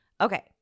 Okay